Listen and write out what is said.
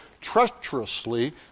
treacherously